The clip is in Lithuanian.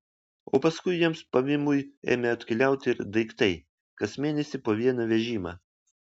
o paskui jiems pavymui ėmė atkeliauti ir daiktai kas mėnesį po vieną vežimą